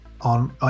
on